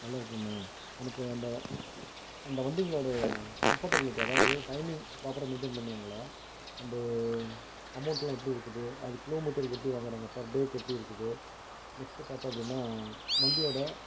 நல்லாருக்குமா எனக்கு அந்த அந்த வண்டிகளோடய கம்ஃபர்டபிளிட்டி அதாவது டைமிங் ப்ராப்பராக மெயின்டைன் பண்ணுவாங்களா அண்டு அமௌண்ட்லாம் எப்படி இருக்குது அது கிலோமீட்டருக்கு எப்படி வாங்குறாங்க பர் டேக்கு எப்படி இருக்குது நெக்ஸ்ட்டு பார்த்தோம் அப்படின்னா வண்டியோட